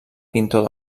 pintor